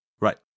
Right